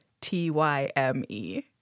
T-Y-M-E